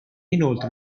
inoltre